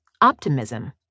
Optimism